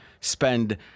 spend